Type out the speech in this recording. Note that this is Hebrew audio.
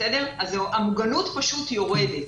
המוגנות פשוט יורדת